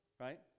right